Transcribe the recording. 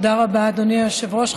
תודה רבה, אדוני היושב-ראש.